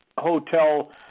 hotel